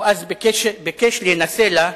הוא אז ביקש להינשא לה,